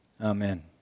Amen